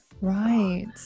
Right